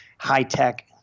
High-tech